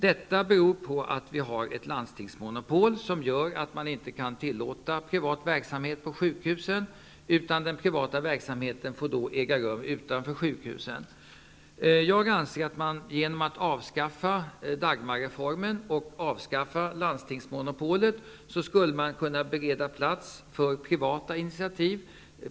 Detta beror på att vi har ett landstingsmonopol som inte tillåter privat verksamhet på sjukhusen. Den privata verksamheten får då äga rum utanför sjukhusen. Jag anser att man genom att avskaffa Dagmarreformen och landstingsmonopolet skulle kunna bereda plats för privata initiativ.